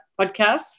podcast